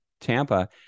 Tampa